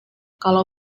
kalau